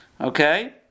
Okay